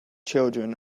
children